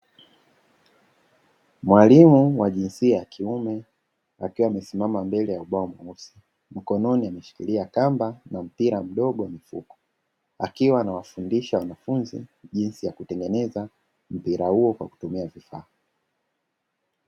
Mwalimu wa jinsia ya kiume akiwa amesimama mbele ya ubao mweusi, mkononi ameshikilia kamba na mpira mdogo wa mfuko, akiwa anawafundisha wanafunzi jinsi ya kutengeneza mpira huo kwa kutumia vifaa.